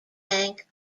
bank